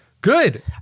Good